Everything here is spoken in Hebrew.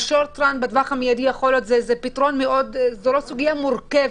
הפתרון בטווח המיידי זה לא סוגיה מורכבת.